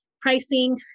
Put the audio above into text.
pricing